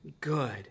good